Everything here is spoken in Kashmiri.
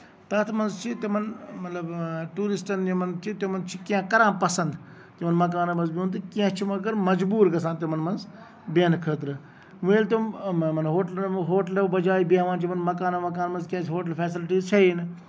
تَتھ منٛز چھِ تِمن مطلب ٹوٗرِسٹَن یِمن چھِ تِمن چھِ کیٚنہہ کران پَسند تِمن مکانن منٛز بِہُن تہٕ کہیٚنہ چھِ مَگر مجبوٗر گژھان تِمن منٛز بیہنہٕ خٲطرٕ وۄنۍ ییٚلہِ تِم ہوٹلو بَجایہِ بیہوان چھِ یِمن مَکانن وَکانن منٛز کیازِ کہِ ہوٹل فیسَلٹیٖز چھیی نہٕ